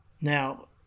Now